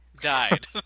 died